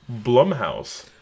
Blumhouse